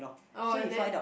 oh is it